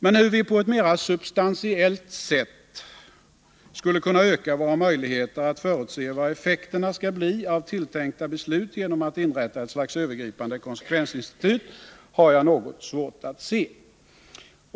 Men hur vi på ett mera substantiellt sätt skulle kunna öka våra möjligheter att förutse vad effekterna skall bli av tilltänkta beslut genom att inrätta ett slags övergripande konsekvensinstitut har jag något svårt att se.